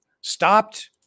stopped